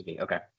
Okay